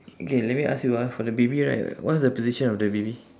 okay let me ask you ah for the baby right what's the position of the baby